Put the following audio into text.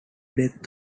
death